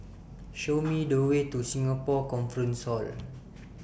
Show Me The Way to Singapore Conference Hall